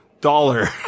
dollar